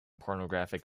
pornographic